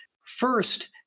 First